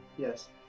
Yes